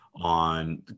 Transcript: on